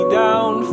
down